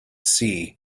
see